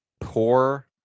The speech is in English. poor